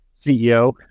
ceo